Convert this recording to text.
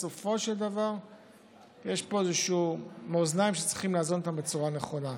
בסופו של דבר יש פה איזשהם מאזניים שצריכים לאזן אותם בצורה נכונה: